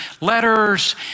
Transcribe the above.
letters